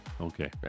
Okay